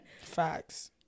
Facts